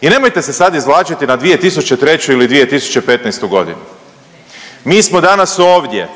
i nemojte se sad izvlačiti na 2003. ili 2015.g.. Mi smo danas ovdje,